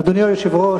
אדוני היושב-ראש,